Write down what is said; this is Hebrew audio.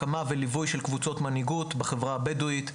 הקמה וליווי של קבוצות מנהיגות בחברה הבדואית.